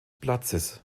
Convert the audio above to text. platzes